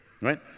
right